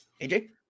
AJ